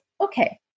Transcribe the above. Okay